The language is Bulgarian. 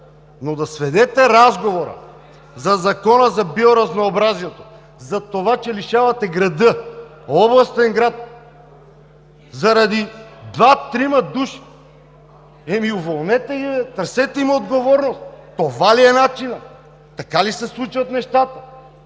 но да сведете разговора за Закона за биоразнообразието до това, че лишавате града – областен град, заради двама-трима души. Ами уволнете ги, търсете им отговорност. Това ли е начинът? Така ли се случват нещата?